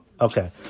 Okay